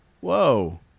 whoa